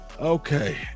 Okay